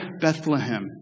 Bethlehem